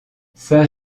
saint